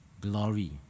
glory